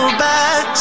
back